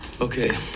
Okay